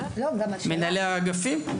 ומנהלי האגפים.